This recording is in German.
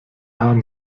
haben